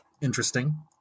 interesting